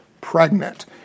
pregnant